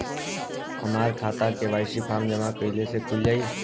हमार खाता KYC form जमा कइले से खुल जाई?